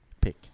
pick